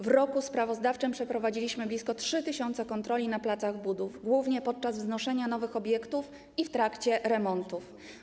W roku sprawozdawczym przeprowadziliśmy blisko 3 tys. kontroli na placach budów, głównie podczas wznoszenia nowych obiektów i w trakcie remontów.